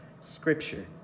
scripture